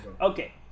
Okay